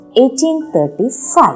1835